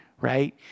right